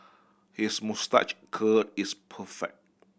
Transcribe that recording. his moustache curl is perfect